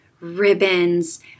ribbons